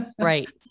Right